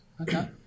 Okay